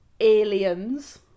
Aliens